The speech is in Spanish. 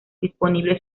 disponibles